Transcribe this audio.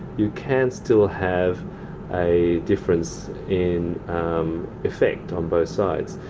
you can still have a difference in effect on both sides.